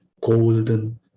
golden